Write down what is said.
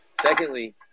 Secondly